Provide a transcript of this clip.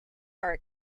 are